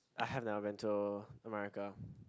I have never been to America